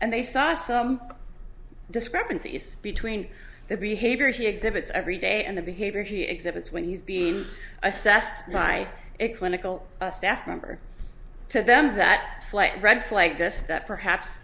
and they saw some discrepancies between the behavior she exhibits every day and the behavior he exhibits when he's being assessed by a clinical staff member to them that flight red flag this that perhaps